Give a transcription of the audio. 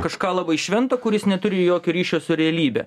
kažką labai švento kuris neturi jokio ryšio su realybe